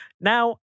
Now